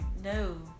no